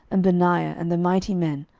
and benaiah, and the mighty men,